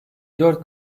dört